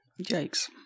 Jakes